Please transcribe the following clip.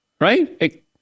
Right